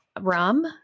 rum